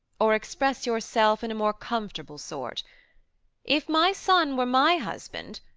or express yourself in a more comfortable sort if my son were my husband,